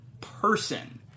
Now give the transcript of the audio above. person